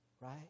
right